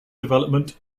development